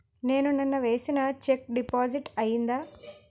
నేను నిన్న వేసిన చెక్ డిపాజిట్ అయిందా?